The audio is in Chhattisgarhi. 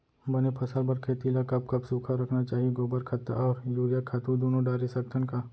बने फसल बर खेती ल कब कब सूखा रखना चाही, गोबर खत्ता और यूरिया खातू दूनो डारे सकथन का?